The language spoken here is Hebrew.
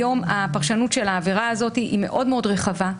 היום הפרשנות של העבירה הזאת היא מאוד מאוד רחבה.